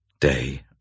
day